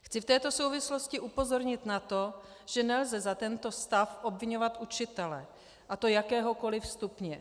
Chci v této souvislosti upozornit na to, že nelze za tento stav obviňovat učitele, a to jakéhokoliv stupně.